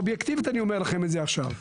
אובייקטיבית אני אומר לכם את זה עכשיו.